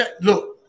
Look